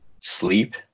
sleep